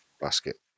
basket